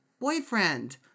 boyfriend